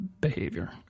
behavior